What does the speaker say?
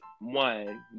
one